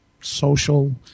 social